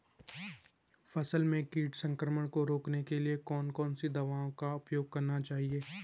फसलों में कीट संक्रमण को रोकने के लिए कौन कौन सी दवाओं का उपयोग करना चाहिए?